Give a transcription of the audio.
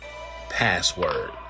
password